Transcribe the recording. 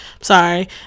Sorry